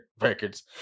records